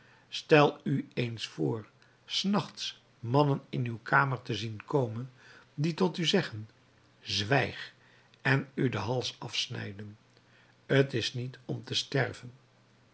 stel u eens voor s nachts mannen in uw kamer te zien komen die tot u zeggen zwijg en u den hals afsnijden t is niet om het sterven